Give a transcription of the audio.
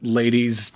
ladies